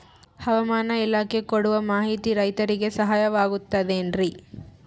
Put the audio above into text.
ಹವಮಾನ ಇಲಾಖೆ ಕೊಡುವ ಮಾಹಿತಿ ರೈತರಿಗೆ ಸಹಾಯವಾಗುತ್ತದೆ ಏನ್ರಿ?